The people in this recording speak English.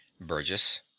Burgess